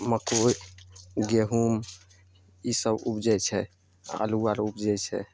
मकइ ग हुम ईसब उपजय छै आलू आर उपजय छै